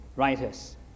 writers